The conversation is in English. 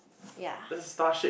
ya